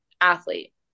athlete